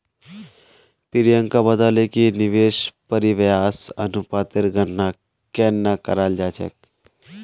प्रियंका बताले कि निवेश परिव्यास अनुपातेर गणना केन न कराल जा छेक